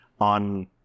on